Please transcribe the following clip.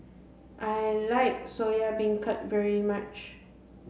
I like Soya Beancurd very much